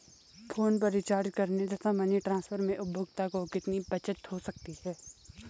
Phone पर recharge करने तथा मनी ट्रांसफर में उपभोक्ता को कितनी बचत हो सकती है?